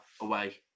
away